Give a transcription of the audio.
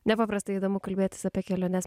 nepaprastai įdomu kalbėtis apie keliones